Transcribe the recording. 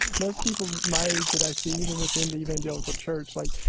most people my age that i see, even within the evangelical church, like,